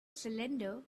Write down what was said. cylinder